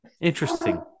interesting